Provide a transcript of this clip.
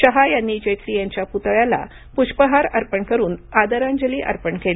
शहा यांनी जेटली यांच्या पुतळ्याला पुष्पहार अर्पण करून आदरांजली अर्पण केली